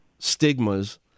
stigmas